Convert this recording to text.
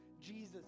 Jesus